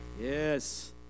Yes